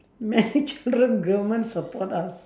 many children government support us